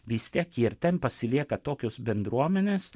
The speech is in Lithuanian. vis tiek ir ten pasilieka tokios bendruomenės